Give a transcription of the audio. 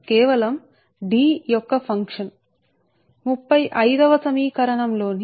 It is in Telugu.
కాబట్టి ఇక్కడ మొదటి పదం ఆ సమీకరణం 35 కావచ్చు